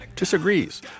Disagrees